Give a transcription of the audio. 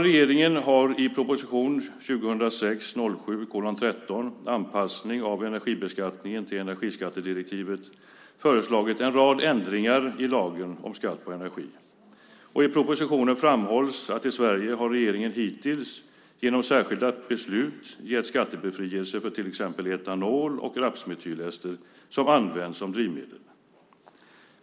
Regeringen har i proposition 2006/07:13 Anpassningar av energibeskattning till energiskattedirektivet, m.m. föreslagit en rad ändringar i lagen om skatt på energi. I propositionen framhålls att i Sverige har regeringen hittills genom särskilda beslut gett skattebefrielse för till exempel etanol och rapsmetylester som används som drivmedel.